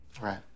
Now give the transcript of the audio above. Right